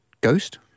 ghost